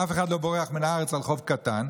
ואף אחד לא בורח מהארץ על חוב קטן.